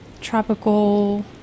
Tropical